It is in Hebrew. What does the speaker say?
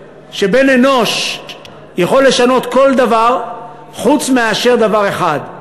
שבן-אנוש יכול לשנות כל דבר חוץ מאשר דבר אחד,